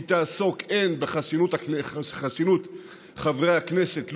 היא תעסוק הן בחסינות חברי הכנסת,